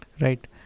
right